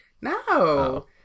No